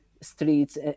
streets